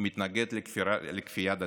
ומתנגד לכפייה דתית,